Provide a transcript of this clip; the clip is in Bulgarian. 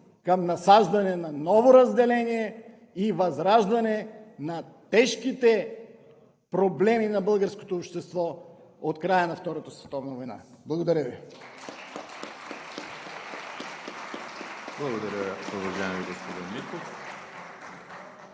към насаждане на ново разделение и възраждане на тежките проблеми на българското общество от края на Втората световна война! Благодаря Ви.